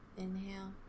inhale